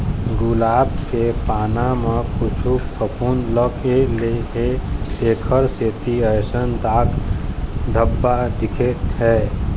गुलाब के पाना म कुछु फफुंद लग गे हे तेखर सेती अइसन दाग धब्बा दिखत हे